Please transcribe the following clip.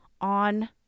on